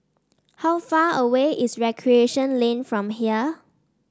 how far away is Recreation Lane from here